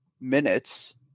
minutes –